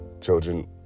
Children